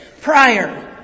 prior